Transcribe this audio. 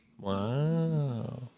Wow